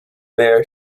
bear